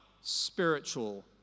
spiritual